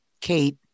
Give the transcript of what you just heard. Kate